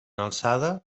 alçada